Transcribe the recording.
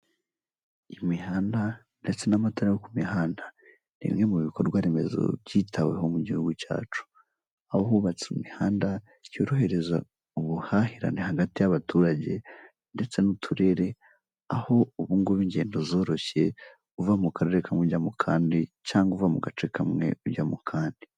Imihanda ndetse n'amatara yo ku mihanda nibimwe mu bikorwa remezo byitaweho mu gihugu cyacu, aho hubatswe imihanda byorohereza ubuhahirane hagati y'abaturage ndetse n'uturere, aho ubugubu ingendo zoroshye uva mu karere kamwe ujya mu kandi cyangwa uva mu gace kamwe ujya mu kandi.